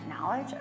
knowledge